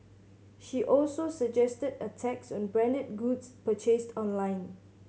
she also suggested a tax on branded goods purchased online